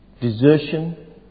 desertion